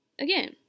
again